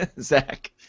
Zach